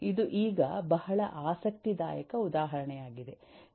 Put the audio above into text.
ಇದು ಈಗ ಬಹಳ ಆಸಕ್ತಿದಾಯಕ ಉದಾಹರಣೆಯಾಗಿದೆ